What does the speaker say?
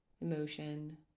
emotion